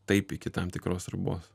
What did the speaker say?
taip iki tam tikros ribos